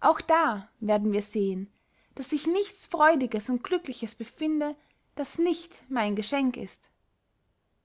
ach da werden wir sehen daß sich nichts freudiges und glückliches befinde das nicht mein geschenk ist